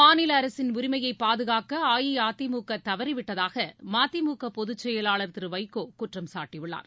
மாநில அரசின் உரிமையை பாதுகாக்க அஇஅதிமுக தவறிவிட்டதாக மதிமுக பொதுச் செயலாளர் திரு வைகோ குற்றம் சாட்டியுள்ளார்